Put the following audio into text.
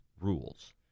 rules